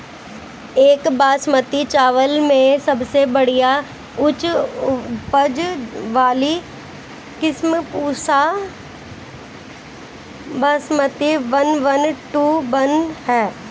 एक बासमती चावल में सबसे बढ़िया उच्च उपज वाली किस्म Pusa Basmati one one two one ह?